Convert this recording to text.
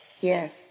Yes